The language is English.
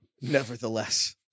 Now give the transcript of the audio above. Nevertheless